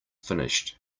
finished